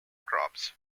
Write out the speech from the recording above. products